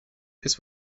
this